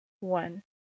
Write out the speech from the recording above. One